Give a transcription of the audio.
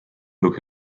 look